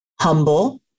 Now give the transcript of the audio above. humble